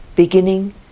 beginning